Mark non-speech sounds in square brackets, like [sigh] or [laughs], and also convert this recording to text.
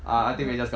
[laughs]